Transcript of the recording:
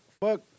fuck